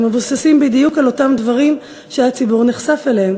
הם מבוססים בדיוק על אותם דברים שהציבור נחשף אליהם.